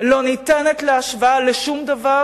לא ניתנים להשוואה לשום דבר,